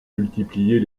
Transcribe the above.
multiplier